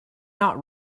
not